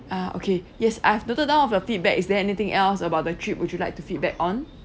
ah okay yes I've noted down all of your feedback is there anything else about the trip would you like to feedback on